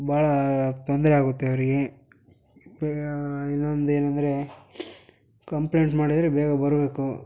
ಬಹಳ ತೊಂದರೆ ಆಗುತ್ತೆ ಅವರಿಗೆ ಇನ್ನೊಂದು ಏನೆಂದರೆ ಕಂಪ್ಲೇಂಟ್ ಮಾಡಿದರೆ ಬೇಗ ಬರಬೇಕು